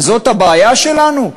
אז זאת הבעיה שלנו?